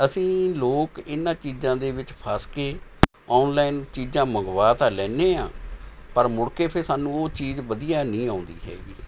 ਅਸੀਂ ਲੋਕ ਇਹਨਾਂ ਚੀਜ਼ਾਂ ਦੇ ਵਿੱਚ ਫੱਸ ਕੇ ਔਨਲਾਈਨ ਚੀਜ਼ਾਂ ਮੰਗਵਾਂ ਤਾਂ ਲੈਂਦੇ ਹਾਂ ਪਰ ਮੁੜ ਕੇ ਫਿਰ ਸਾਨੂੰ ਉਹ ਚੀਜ਼ ਵਧੀਆ ਨਹੀਂ ਆਉਂਦੀ ਹੈਗੀ